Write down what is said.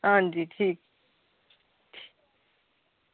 आं जी ठीक